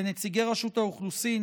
לנציגי רשות האוכלוסין,